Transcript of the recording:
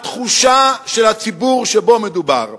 התחושה של הציבור שמדובר בו,